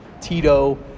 Tito